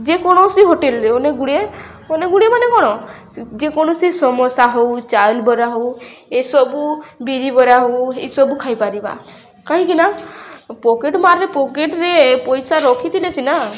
ଯେକୌଣସି ହୋଟେଲ୍ରେ ଅନେକ ଗୁଡ଼ିଏ ଅନେକ ଗୁଡ଼ିଏ ମାନେ କ'ଣ ଯେକୌଣସି ସମୋସା ହଉ ଚାଉଳ ବରା ହଉ ଏସବୁ ବିରି ବରା ହଉ ଏସବୁ ଖାଇପାରିବା କାହିଁକି ନା ପକେଟ୍ ମାର୍ରେ ପକେଟ୍ରେ ପଇସା ରଖିଥିଲେ ସିନା